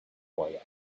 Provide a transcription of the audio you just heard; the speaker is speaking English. boy